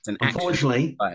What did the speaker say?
Unfortunately